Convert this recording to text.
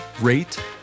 rate